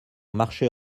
marcher